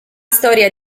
storia